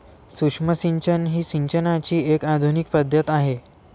सूक्ष्म सिंचन ही सिंचनाची एक आधुनिक पद्धत आहे